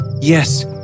Yes